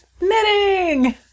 knitting